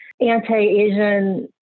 anti-Asian